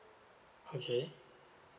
okay